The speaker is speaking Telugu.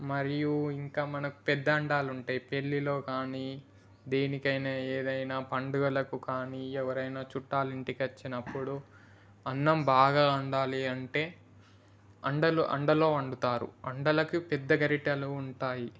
మరియు ఇంకా మనకి పెద్ద అండాలు ఉంటాయి పెళ్ళిలో కానీ దేనికైనా ఏదైనా పండుగలకు కానీ ఎవరైనా చుట్టాలు ఇంటికి వచ్చినప్పుడు అన్నం బాగా వండాలి అంటే అండాలో అండాలో వండుతారు అండాలకి పెద్ద గరిటెలు ఉంటాయి